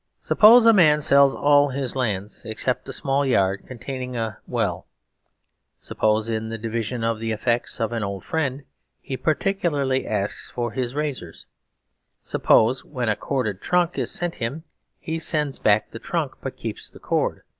suppose a man sells all his lands except a small yard containing a well suppose in the division of the effects of an old friend he particularly asks for his razors suppose when a corded trunk is sent him he sends back the trunk, but keeps the cord.